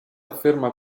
afferma